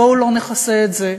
בואו לא נכסה את זה,